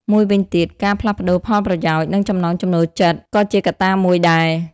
មួយវិញទៀត ការផ្លាស់ប្តូរផលប្រយោជន៍ និងចំណង់ចំណូលចិត្ត ក៏ជាកត្តាមួយដែរ។